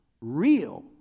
real